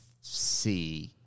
see